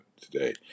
today